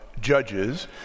Judges